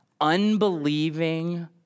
unbelieving